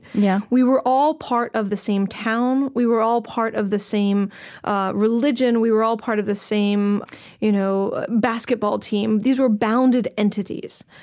yeah we were all part of the same town, we were all part of the same ah religion, we were all part of the same you know basketball team these were bounded entities.